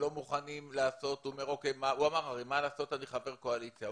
הוא אמר שהוא חבר קואליציה.